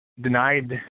denied